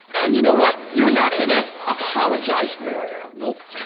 and you know what, you're not gonna apologize for it. nope.